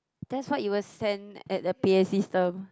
that's what you will send at a P_A system